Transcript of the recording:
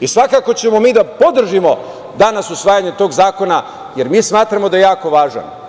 i svakako ćemo mi da podržimo danas usvajanje tog zakona, jer mi smatramo da je jako važan.